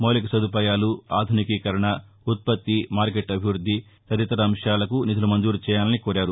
మౌలిక సదుపాయాలు ఆధునికీకరణ ఉత్పత్తి మార్కెట్ అభివృద్ది తదితర అంశాలకు నిధులు మంజూరు చేయాలని కోరారు